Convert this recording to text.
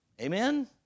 Amen